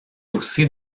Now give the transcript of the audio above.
aussi